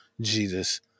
Jesus